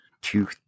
two